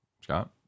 Scott